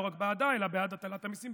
לא רק בעדה אלא בעד הטלת המיסים,